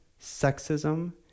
sexism